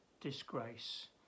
disgrace